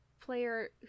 player